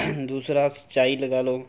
ਦੂਸਰਾ ਸਿੰਚਾਈ ਲਗਾ ਲਓ